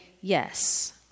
yes